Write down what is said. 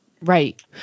Right